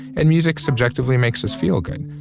and music subjectively makes us feel good.